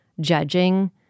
judging